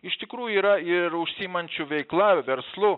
iš tikrųjų yra ir užsiimančių veikla verslu